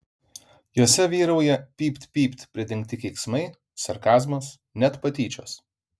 jose vyrauja pypt pypt pridengti keiksmai sarkazmas net patyčios